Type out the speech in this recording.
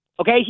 Okay